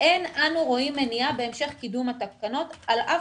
אין אנו רואים מניעה בהמשך קידום התקנות על אף